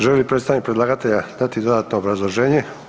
Želi li predstavnik predlagatelja dati dodatno obrazloženje?